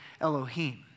Elohim